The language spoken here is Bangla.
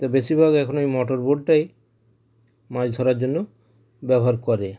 তা বেশিরভাগ এখন ওই মোটর বোটটাই মাছ ধরার জন্য ব্যবহার করে